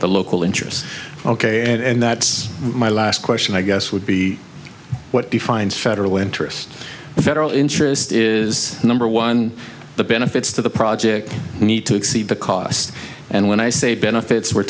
local interests ok and that's my last question i guess would be what defines federal interest the federal interest is number one the benefits to the project need to exceed the cost and when i say benefits we're